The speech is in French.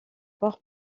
port